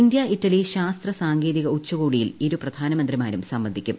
India Italy ശാസ്ത്ര സാങ്കേതിക ഉച്ചകോടിയിൽ ഇരു പ്രധാനമന്ത്രിമാരും സംബന്ധിക്കും